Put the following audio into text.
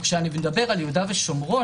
כשאני מדבר על יהודה ושומרון,